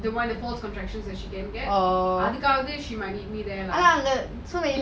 when the false contractions she can get